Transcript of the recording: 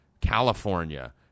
California